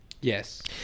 Yes